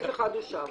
אין סעיף 1(1) אושר.